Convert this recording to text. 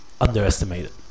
underestimated